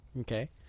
Okay